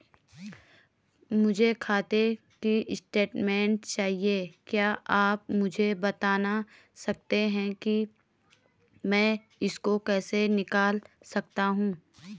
मुझे खाते की स्टेटमेंट चाहिए क्या आप मुझे बताना सकते हैं कि मैं इसको कैसे निकाल सकता हूँ?